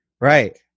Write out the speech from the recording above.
Right